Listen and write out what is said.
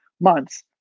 months